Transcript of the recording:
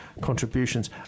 contributions